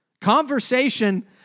Conversation